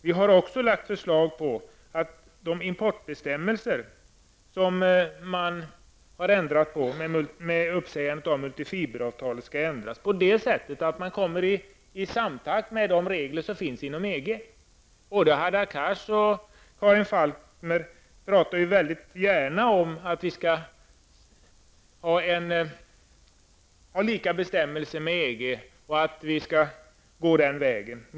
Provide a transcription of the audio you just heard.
Vi har också framlagt förslag om att de importbestämmelser som har ändrats genom uppsägning av multifiberavtalet skall omformas så att de kommer i samklang med de regler som finns inom EG. Både Hadar Cars och Karin Falkmer pratar gärna om att vi skall ha med EG likalydande bestämmelser och att vi skall gå den vägen.